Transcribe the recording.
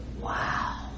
Wow